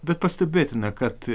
bet pastebėtina kad